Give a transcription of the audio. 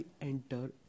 enter